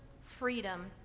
freedom